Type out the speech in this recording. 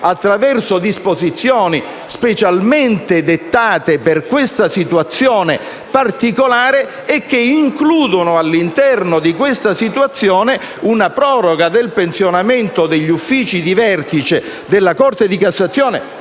attraverso disposizioni specialmente dettate per questa situazione particolare e che includono, all'interno di tale situazione, una proroga del pensionamento degli uffici di vertice della Corte di cassazione,